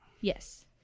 Yes